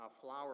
flower